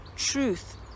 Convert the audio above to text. truth